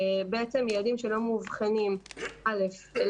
ילדים שלא מאובחנים קודם כול לא